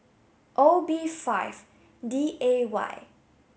O B five D A Y